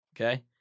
Okay